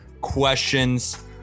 questions